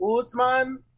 Usman